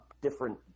different